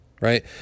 right